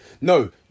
No